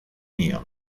nion